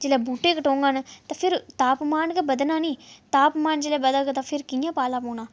ते जेह्लै बूह्टे गै कटोंगन ते फिर तापमान गै बधना निं तापमान जेल्लै बधग तां फिर कियां पाला पौना